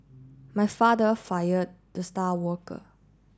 my father fired the star worker